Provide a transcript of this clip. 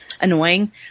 annoying